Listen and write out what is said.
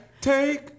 Take